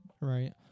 right